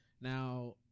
now